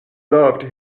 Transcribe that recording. loved